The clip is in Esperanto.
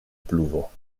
pluvo